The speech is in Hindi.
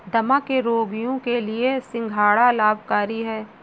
दमा के रोगियों के लिए सिंघाड़ा लाभकारी है